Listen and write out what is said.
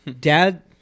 Dad